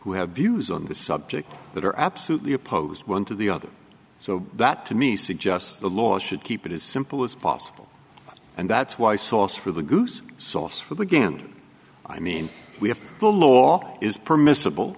who have views on this subject that are absolutely opposed one to the other so that to me suggests the law should keep it as simple as possible and that's why sauce for the goose sauce for the gander i mean we have the law is permissible